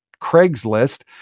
Craigslist